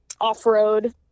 off-road